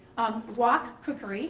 wok cookery